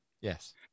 yes